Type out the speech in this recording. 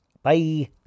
Bye